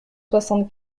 soixante